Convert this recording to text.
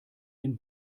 den